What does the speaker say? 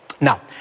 Now